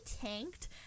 tanked